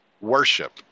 Worship